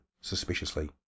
suspiciously